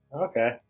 Okay